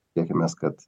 tikimės kad